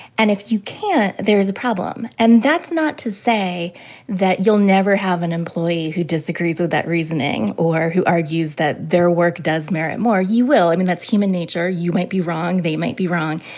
and if you can't, there is a problem. and that's not to say that you'll never have an employee who disagrees with that reasoning, or who argues that their work does merit more. you will. i mean, that's human nature you might be wrong, they might be wrong,